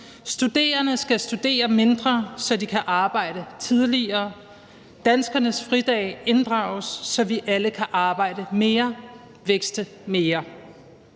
Studerende skal studere mindre, så de kan arbejde tidligere. Danskernes fridag inddrages, så vi alle kan arbejde mere, vækste mere.